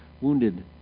wounded